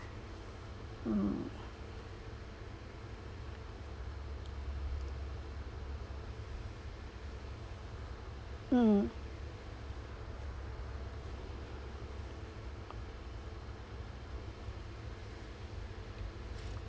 mm mm